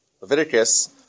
Leviticus